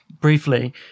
briefly